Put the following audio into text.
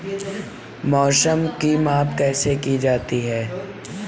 मौसम की माप कैसे की जाती है?